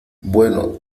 bueno